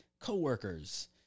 coworkers